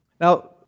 Now